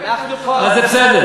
אנחנו פה, מה לעשות.